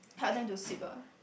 help them to sweep ah